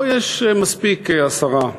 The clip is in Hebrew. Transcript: פה יש מספיק, השרה.